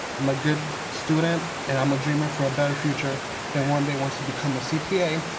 i'm a good student, and i'm a dreamer for a better future that one day wants to become a cpa.